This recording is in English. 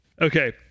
Okay